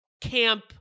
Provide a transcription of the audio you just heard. camp